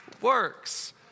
works